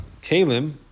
kalim